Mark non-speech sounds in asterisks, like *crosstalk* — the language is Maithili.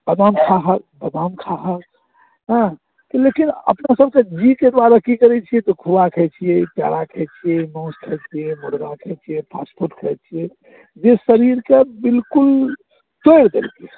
आ तहन खाहऽ आ तहन खाहऽ हँ लेकिन अपना सबके जीके दुआरे की करैत छियै तऽ खोआ खाइ छियै *unintelligible* मासू खाय छियै मुर्गा खाय छियै फास्ट फूड खाय छियै जे शरीरके बिल्कुल तोड़ि देलकै